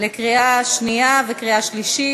קריאה שנייה וקריאה שלישית.